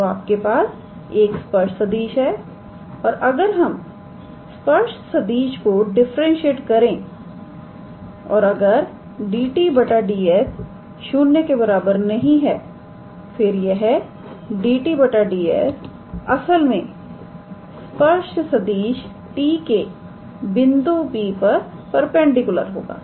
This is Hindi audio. तो आप के पास एक स्पर्श सदिश है और अगर हम स्पर्श सदिश को डिफरेंटशिएट करें और अगर 𝑑𝑡 𝑑𝑠 ≠ 0 फिर यह 𝑑𝑡 𝑑𝑠 असल में स्पर्श सदिश t के बिंदु P पर परपेंडिकुलर होगा